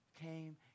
came